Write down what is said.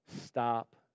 Stop